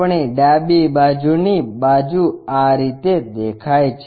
આપણી ડાબી બાજુની બાજુ આ રીતે દેખાય છે